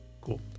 Cool